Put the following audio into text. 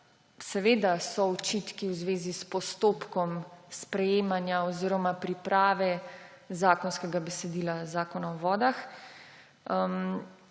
seveda so očitki v zvezi s postopkom sprejemanja oziroma priprave zakonskega besedila zakona o vodah.